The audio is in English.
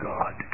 God